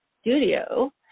studio